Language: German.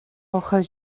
jorge